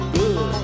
good